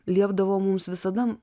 liepdavo mums visada